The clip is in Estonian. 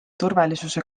turvalisuse